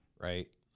right